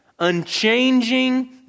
Unchanging